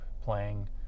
playing